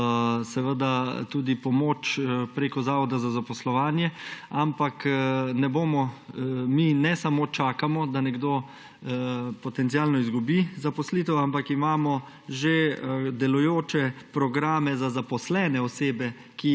je tudi pomoč preko zavoda za zaposlovanje. Mi ne čakamo samo, da nekdo potencialno izgubi zaposlitev, ampak imamo že delujoče programe za zaposlene osebe,